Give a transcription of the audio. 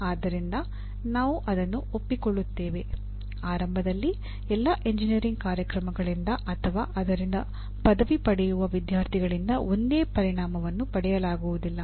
ಆದ್ದರಿಂದ ನಾವು ಅದನ್ನು ಒಪ್ಪಿಕೊಳ್ಳುತ್ತೇವೆ ಆರಂಭದಲ್ಲಿ ಎಲ್ಲಾ ಎಂಜಿನಿಯರಿಂಗ್ ಕಾರ್ಯಕ್ರಮಗಳಿಂದ ಅಥವಾ ಅದರಿಂದ ಪದವಿ ಪಡೆಯುವ ವಿದ್ಯಾರ್ಥಿಗಳಿಂದ ಒಂದೇ ಪರಿಣಾಮವನ್ನು ಪಡೆಯಲಾಗುವುದಿಲ್ಲ